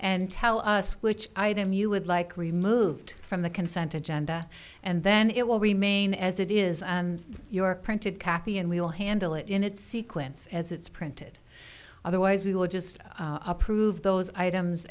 and tell us which item you would like removed from the consent agenda and then it will remain as it is your printed copy and we'll handle it in its sequence as it's printed otherwise we will just approve those items